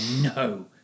no